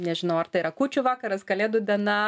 nežinau ar tai yra kūčių vakaras kalėdų diena